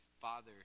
Father